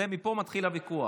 מפה מתחיל הוויכוח.